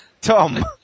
Tom